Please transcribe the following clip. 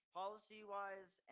policy-wise